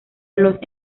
los